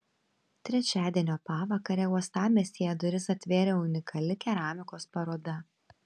trečiadienio pavakarę uostamiestyje duris atvėrė unikali keramikos paroda